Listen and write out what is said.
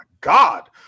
God